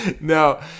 no